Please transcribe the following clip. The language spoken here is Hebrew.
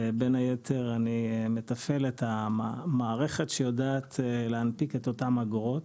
ובין היתר אני מתפעל את המערכת שיודעת להנפיק את אותן האגרות.